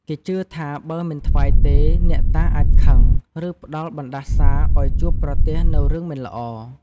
គេជឿថាបើមិនថ្វាយទេ អ្នកតាអាចខឹង ឬផ្ដល់បណ្ដាសាឱ្យជួបប្រទះនូវរឿងមិនល្អ។